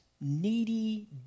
needy